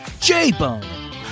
J-Bone